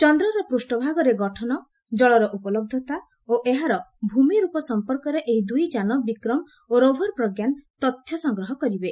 ଚନ୍ଦ୍ରର ପୂଷ୍ପଭାଗର ଗଠନ ଜଳର ଉପଳହ୍ଚତା ଓ ଏହାର ଭୂମିର୍ପ ସମ୍ପର୍କରେ ଏହି ଦୁଇ ଯାନ ବିକ୍ରମ ଓ ରୋଭର୍ ପ୍ରଜ୍ଞାନ ତଥ୍ୟ ସଂଗ୍ରହ କରିବେ